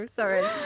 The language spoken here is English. sorry